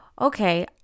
okay